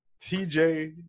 TJ